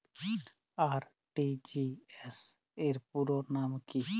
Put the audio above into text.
RTGS র পুরো নাম কি?